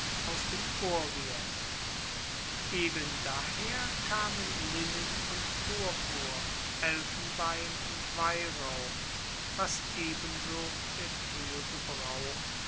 aus dem orient eben daher kamen linnen und purpur elfenbein und weihrauch was ebenso der fruehe gebrauch